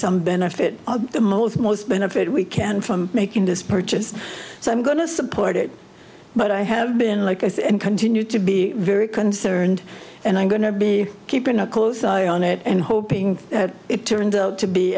some benefit the most most benefit we can from making this purchase so i'm going to support it but i have been like us and continue to be very concerned and i'm going to be keeping a close eye on it and hoping it turned out to be